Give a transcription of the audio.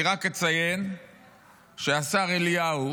אני רק אציין שהשר אליהו,